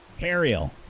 Ariel